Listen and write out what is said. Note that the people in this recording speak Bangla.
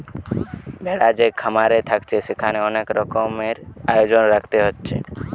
ভেড়া যে খামারে থাকছে সেখানে অনেক রকমের আয়োজন রাখতে হচ্ছে